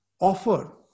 offer